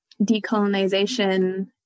decolonization